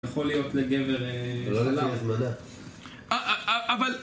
יכול להיות לגבר שלנו... זה לא לפני הזמנה... אבל